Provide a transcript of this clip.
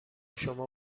شما